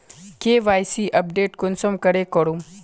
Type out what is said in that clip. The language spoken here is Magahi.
के.वाई.सी अपडेट कुंसम करे करूम?